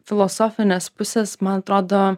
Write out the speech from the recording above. filosofinės pusės man atrodo